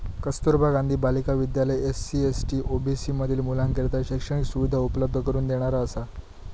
Kasturba Gandhi Balika Vidyalaya SC, ST, OBC मधील मुलींकरता शैक्षणिक सुविधा उपलब्ध करून देणारा असा